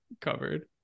covered